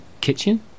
kitchen